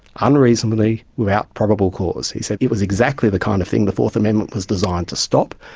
unreasonably, without probable cause. he said it was exactly the kind of thing the fourth amendment was designed to stop,